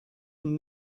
from